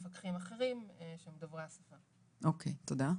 והמפקחים הם דוברי השפה הערבית?